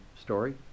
story